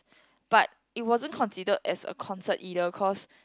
but it wasn't considered as a concert either cause